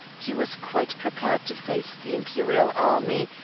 he was quite prepared to face the imperial army,